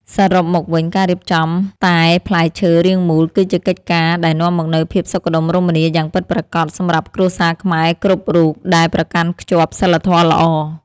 សរុបមកវិញការរៀបចំតែផ្លែឈើរាងមូលគឺជាកិច្ចការដែលនាំមកនូវភាពសុខដុមរមនាយ៉ាងពិតប្រាកដសម្រាប់គ្រួសារខ្មែរគ្រប់រូបដែលប្រកាន់ខ្ជាប់សីលធម៌ល្អ។